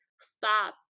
stop